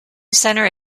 centre